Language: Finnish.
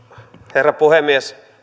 herra puhemies